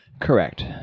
Correct